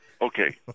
okay